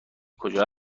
کجا